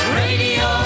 radio